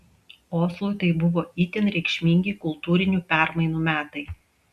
oslui tai buvo itin reikšmingi kultūrinių permainų metai